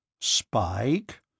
Spike